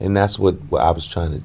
and that's what i was trying to